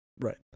Right